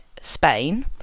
Spain